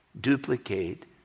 duplicate